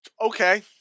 okay